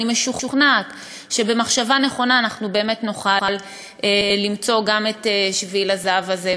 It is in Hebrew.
אני משוכנעת שבמחשבה נכונה אנחנו באמת נוכל למצוא גם את שביל הזהב הזה,